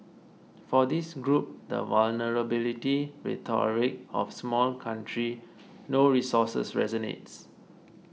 for this group the vulnerability rhetoric of small country no resources resonates